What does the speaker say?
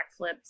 backflips